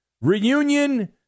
Reunion